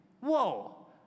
whoa